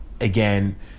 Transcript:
again